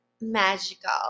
magical